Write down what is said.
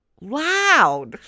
loud